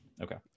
Okay